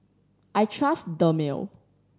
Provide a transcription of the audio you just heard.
I trust Dermale